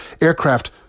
aircraft